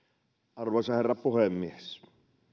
arvoisa herra puhemies